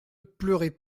pleurez